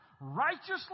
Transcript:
righteously